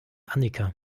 annika